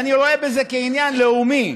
ואני רואה בזה עניין לאומי,